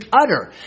utter